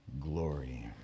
glory